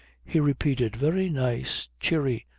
he repeated very nice, cheery,